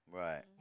right